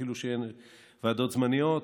אפילו שהן ועדות זמניות,